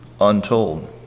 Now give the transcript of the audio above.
untold